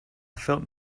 felt